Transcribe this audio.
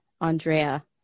Andrea